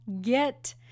get